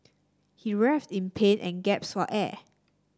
he writhed in pain and gasped for air